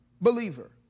believer